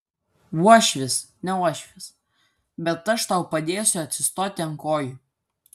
uošvis ne uošvis bet aš tau padėsiu atsistoti ant kojų